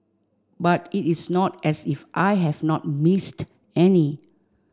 but it is not as if I have not missed any